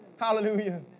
Hallelujah